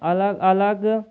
अलग अलग